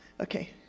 okay